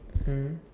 mm